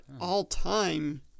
all-time